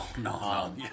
no